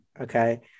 okay